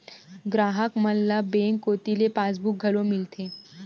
गराहक मन ल बेंक कोती ले पासबुक घलोक मिलथे